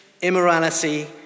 immorality